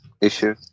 issue